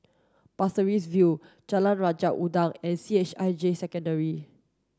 Pasir Ris View Jalan Raja Udang and C H I J Secondary